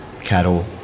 cattle